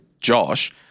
Josh